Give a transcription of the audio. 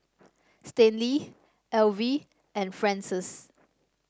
Stanley Alvy and Frances